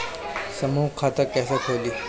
समूह खाता कैसे खुली?